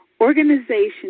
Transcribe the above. Organization